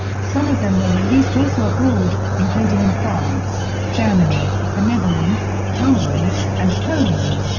some of them were released also abroad, including in france, germany, the netherlands, hungary, and poland.